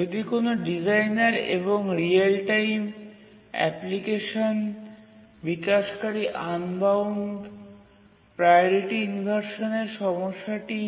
যদি না কোনও ডিজাইনার এবং রিয়েল টাইম অ্যাপ্লিকেশন বিকাশকারী আনবাউন্ড প্রাওরিটি ইনভারসানের সমস্যাটি